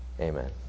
Amen